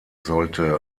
sollte